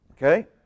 Okay